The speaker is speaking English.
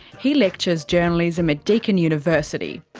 he lectures journalism at deakin university.